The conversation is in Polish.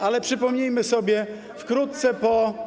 Ale przypomnijmy sobie - wkrótce po.